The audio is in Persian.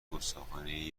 گستاخانهی